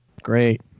Great